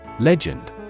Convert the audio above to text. Legend